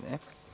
Ne.